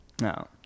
No